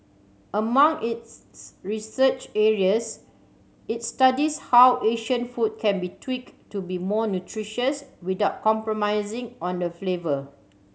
among its research areas it studies how Asian food can be tweaked to be more nutritious without compromising on the flavour